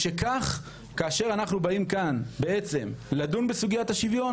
משכך, כאשר אנחנו באים לכאן לדון בסוגיית השוויון